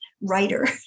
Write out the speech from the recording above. writer